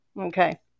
Okay